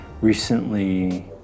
recently